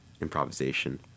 improvisation